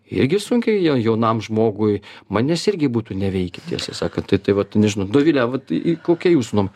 irgi sunkiai jau jaunam žmogui manęs irgi būtų neveikę tiesą sakant tai tai vat nežinau dovile vat i kokia jūsų nuom